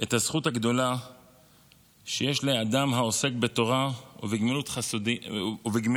את הזכות הגדולה שיש לאדם העוסק בתורה ובגמילות חסדים,